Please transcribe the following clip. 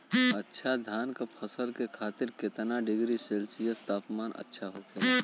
अच्छा धान क फसल के खातीर कितना डिग्री सेल्सीयस तापमान अच्छा होला?